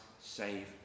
save